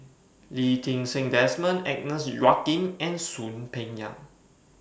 Lee Ti Seng Desmond Agnes Joaquim and Soon Peng Yam